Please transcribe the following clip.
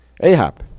Ahab